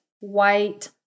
White